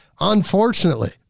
unfortunately